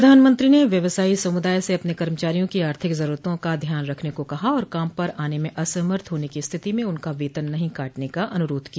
प्रधानमंत्री ने व्यवसायी समुदाय से अपने कर्मचारियों की आर्थिक जरूरतों को ध्यान रखने को कहा और काम पर आने में असमर्थ होने की स्थिति में उनका वेतन नहीं काटने का अनुरोध किया